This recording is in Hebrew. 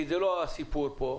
כי זה לא הסיפור פה,